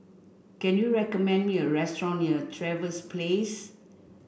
can you recommend me a restaurant near Trevose Place